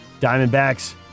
Diamondbacks